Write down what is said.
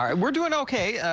um we're doing okay.